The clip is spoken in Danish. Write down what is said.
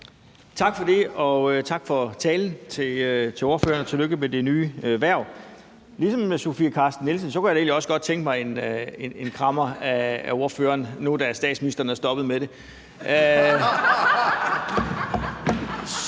Tak for det. Og tak til ordføreren for talen, og tillykke med det nye hverv. Ligesom fru Sofie Carsten Nielsen kunne jeg da egentlig også godt tænke mig en krammer af ordføreren nu, da statsministeren er stoppet med det.